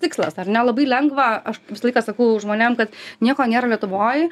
tikslas ar ne labai lengva aš visą laiką sakau žmonėm kad nieko nėra lietuvoj